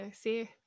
see